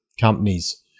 companies